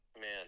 Man